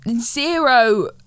zero